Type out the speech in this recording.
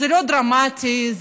לא דרמטי,